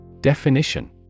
Definition